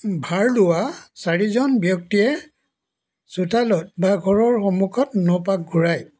ভাৰ লোৱা চাৰিজন ব্যক্তিয়ে চোতালত বা ঘৰৰ সন্মুখত ন পাক ঘূৰায়